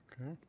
Okay